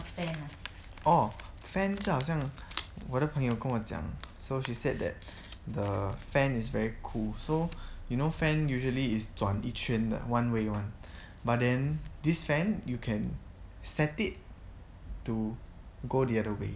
orh fans 就好像我的朋友跟我讲 so she said that the fan is very cool so you know fan usually is 转一圈的 one way [one] but then this fan you can set it to go the other way